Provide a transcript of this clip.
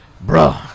Bro